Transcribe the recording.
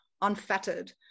unfettered